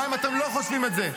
גם אם אתם לא חושבים את זה.